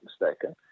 mistaken